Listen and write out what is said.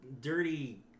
dirty